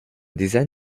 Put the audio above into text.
design